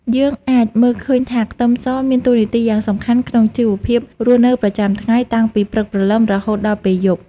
យើងអាចមើលឃើញថាខ្ទឹមសមានតួនាទីយ៉ាងសំខាន់ក្នុងជីវភាពរស់នៅប្រចាំថ្ងៃតាំងពីព្រឹកព្រលឹមរហូតដល់ពេលយប់។